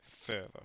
further